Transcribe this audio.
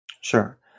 Sure